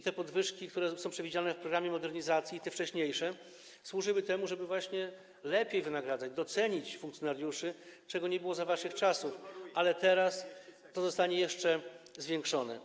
Te podwyżki, które są przewidziane w programie modernizacji, i te wcześniejsze służyły temu, żeby lepiej wynagradzać, docenić funkcjonariuszy, czego nie było za waszych czasów, a teraz zostanie to jeszcze zwiększone.